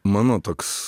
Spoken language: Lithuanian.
mano toks